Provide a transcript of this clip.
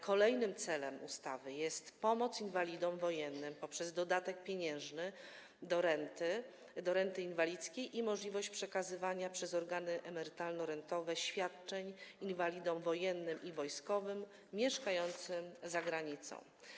Kolejnym celem ustawy jest pomoc inwalidom wojennym dzięki dodatkowi pieniężnemu do renty inwalidzkiej i możliwości przekazywania przez organy emerytalno-rentowe świadczeń inwalidom wojennym i wojskowym mieszkającym za granicą.